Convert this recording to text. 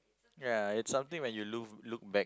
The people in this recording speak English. ya it's something when you look look back